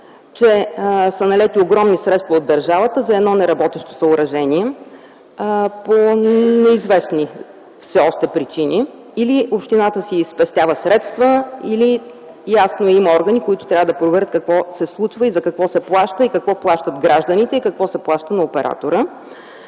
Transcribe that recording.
че са налети огромни средства от държавата за едно неработещо съоръжение по неизвестни все още причини – или общината си спестява средства, или има органи, които трябва да проверят какво се случва, за какво се плаща, какво плащат гражданите и какво се плаща на оператора.